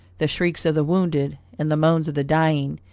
the shrieks of the wounded, and the moans of the dying,